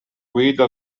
guida